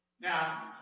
Now